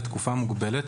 לתקופה מוגבלת,